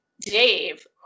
Dave